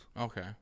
Okay